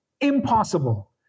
impossible